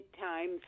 times